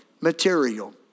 material